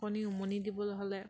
কণী উমনি দিবলৈ হ'লে